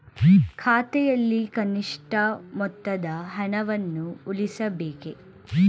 ಖಾತೆಯಲ್ಲಿ ಕನಿಷ್ಠ ಮೊತ್ತದ ಹಣವನ್ನು ಉಳಿಸಬೇಕೇ?